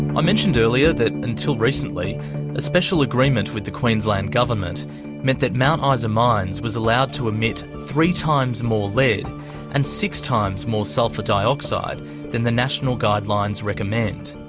i mentioned earlier that until recently a special agreement with the queensland government meant that mount ah isa mines was allowed to emit three times more lead and six times more sulphur dioxide than the national guidelines recommend.